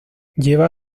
lleva